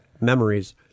memories